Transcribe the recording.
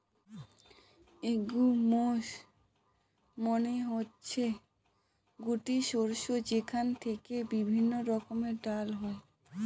legumes মানে হচ্ছে গুটি শস্য যেখান থেকে বিভিন্ন রকমের ডাল হয়